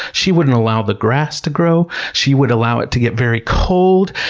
she wouldn't allow the grass to grow, she would allow it to get very cold,